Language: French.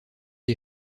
est